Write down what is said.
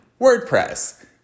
WordPress